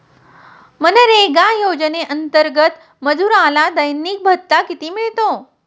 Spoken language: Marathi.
मनरेगा योजनेअंतर्गत मजुराला दैनिक भत्ता किती मिळतो?